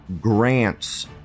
grants